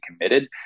committed